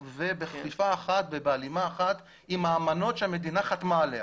ובכפיפה אחת ובהלימה אחת את האמנה שהמדינה חתמה עליה.